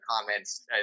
comments